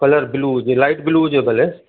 colour blue हुजे light blue हुजे भले